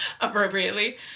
Appropriately